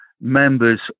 members